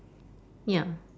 ya